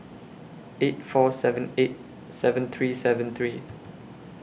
eight four seven eight seven three seven three